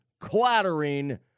clattering